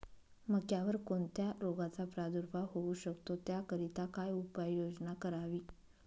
मक्यावर कोणत्या रोगाचा प्रादुर्भाव होऊ शकतो? त्याकरिता काय उपाययोजना करावी?